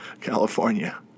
California